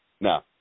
No